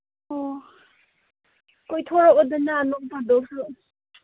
ꯑꯣ ꯀꯣꯏꯊꯣꯛꯔꯛꯑꯣꯗꯅꯥ ꯅꯣꯡꯐꯥꯗꯣꯛꯁꯨ